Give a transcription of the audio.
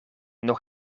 nog